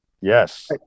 Yes